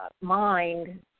mind